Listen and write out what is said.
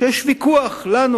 ולנו,